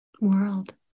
world